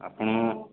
ଆପଣ